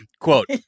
quote